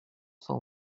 cent